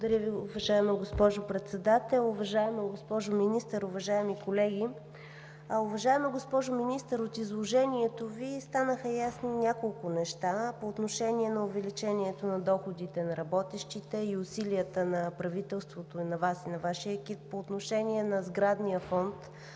Благодаря Ви. Уважаема госпожо Председател, уважаема госпожо Министър, уважаеми колеги! Уважаема госпожо Министър, от изложението Ви станаха ясни няколко неща: по отношение увеличението на доходите на работещите; усилията на правителството, на Вас и на Вашия екип; по отношение на сградния фонд;